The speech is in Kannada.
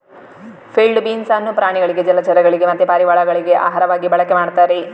ಫೀಲ್ಡ್ ಬೀನ್ಸ್ ಅನ್ನು ಪ್ರಾಣಿಗಳಿಗೆ ಜಲಚರಗಳಿಗೆ ಮತ್ತೆ ಪಾರಿವಾಳಗಳಿಗೆ ಆಹಾರವಾಗಿ ಬಳಕೆ ಮಾಡ್ತಾರೆ